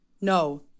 no